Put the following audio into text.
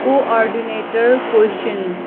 coordinator question